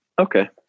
Okay